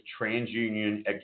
TransUnion